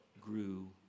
grew